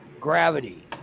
gravity